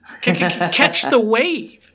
Catch-the-wave